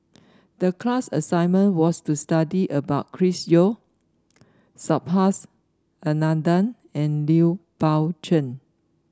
the class assignment was to study about Chris Yeo Subhas Anandan and Lui Pao Chuen